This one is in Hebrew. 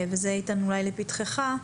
וזה, איתן, אולי לפתחך,